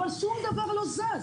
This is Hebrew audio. אבל כל דבר לא זז,